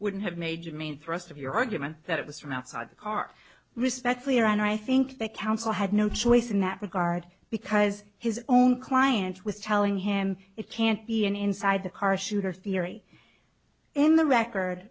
wouldn't have major main thrust of your argument that it was from outside the car respectfully and i think that counsel had no choice in that regard because his own client with telling him it can't be an inside the car shooter theory in the record